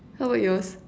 how about yours